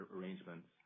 arrangements